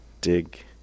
dig